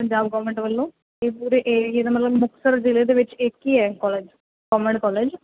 Punjab government ਵੱਲੋਂ ਇਹ ਪੂਰੇ ਏਰੀਆ ਦਾ ਮਤਲਬ ਮੁਕਤਸਰ ਜ਼ਿਲ੍ਹੇ ਦੇ ਵਿੱਚ ਇੱਕ ਹੀ ਹੈ ਕਾਲਜ ਗੌਰਮੈਂਟਟ ਕਾਲਜ